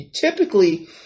Typically